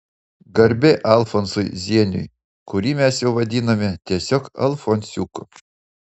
garbė alfonsui zieniui kurį mes jau vadinome tiesiog alfonsiuku